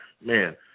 Man